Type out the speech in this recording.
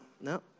no